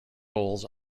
goals